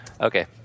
okay